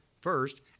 first